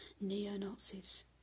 neo-Nazis